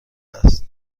است